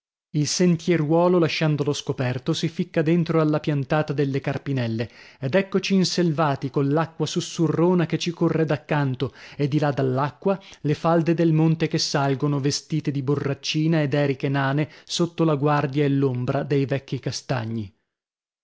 il sentieruolo lasciando lo scoperto si ficca dentro alla piantata delle carpinelle ed eccoci inselvati coll'acqua susurrona che ci corre daccanto e di là dall'acqua le falde del monte che salgono vestite di borraccina e d'eriche nane sotto la guardia e l'ombra dei vecchi castagni